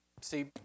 See